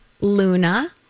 Luna